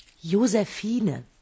Josephine